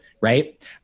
right